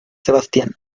sebastián